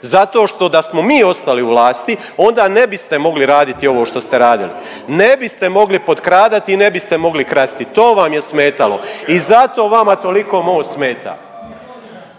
Zato što da smo mi ostali u vlasti onda ne biste mogli raditi ovo što ste radili, ne biste mogli potkradati i ne biste mogli krasti, to vam je smetalo i zato vama toliko Most smeta.